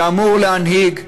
שאמור להנהיג,